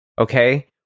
okay